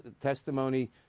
Testimony